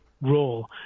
role